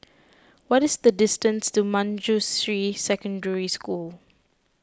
what is the distance to Manjusri Secondary School